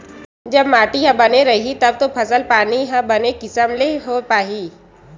जब माटी ह बने रइही तब तो फसल पानी ह बने किसम ले होय पाही